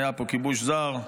היה פה כיבוש זר,